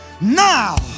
now